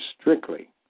strictly